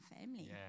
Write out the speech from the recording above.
family